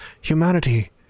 humanity